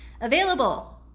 available